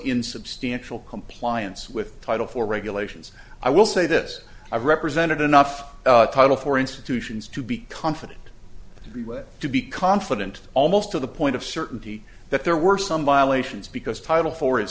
in substantial compliance with title four regulations i will say this i represented enough title for institutions to be confident to be well to be confident almost to the point of certainty that there were some violations because title four i